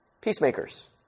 Peacemakers